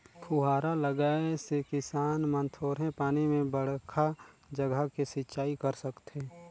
फुहारा लगाए से किसान मन थोरहें पानी में बड़खा जघा के सिंचई कर सकथें